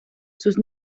sus